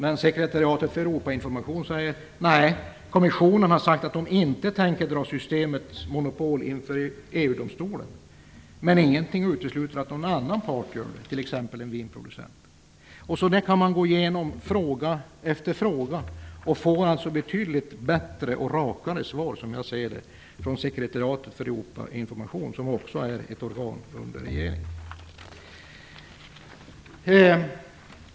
Men Sekretariatet för Europainformation säger: Nej, kommissionen har sagt att man inte tänker dra Systembolagets monopol inför EU-domstolen. Men ingenting utesluter att någon annan part -- t.ex. en vinproducent -- gör det. På det viset kan man gå igenom fråga efter fråga och få -- som jag ser det -- betydligt bättre och rakare svar från Sekretariatet för Europainformation, som också är ett organ för regeringen.